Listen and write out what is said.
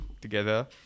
together